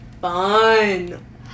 Fun